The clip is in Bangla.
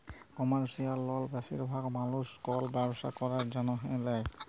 কমার্শিয়াল লল বেশিরভাগ মালুস কল ব্যবসা ক্যরার জ্যনহে লেয়